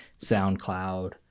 SoundCloud